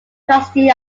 trustee